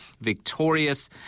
victorious